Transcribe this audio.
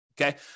okay